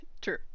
true